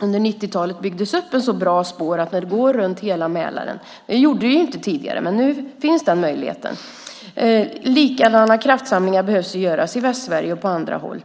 Under 90-talet byggdes bra spår som går runt hela Mälaren. Det gjorde de inte tidigare, men nu finns den möjligheten. Likadana kraftsamlingar behöver göras i Västsverige och på andra håll.